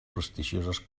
prestigioses